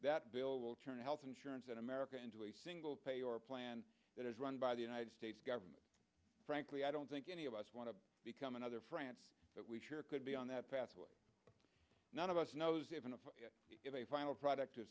that bill will turn health insurance in america into a single payer plan that is run by the united states government frankly i don't think any of us want to become another france but we sure could be on that path where none of us knows even if a final product